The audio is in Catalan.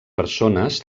persones